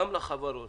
גם לחברות,